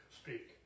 speak